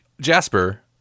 Jasper